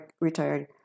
retired